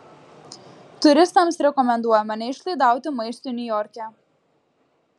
turistams rekomenduojama neišlaidauti maistui niujorke